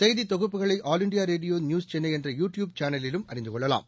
செய்தி தொகுப்புகளை all India radio news Chennai என்ற யு டியூப் சேனலிலும் அறிந்து கொள்ளலாம்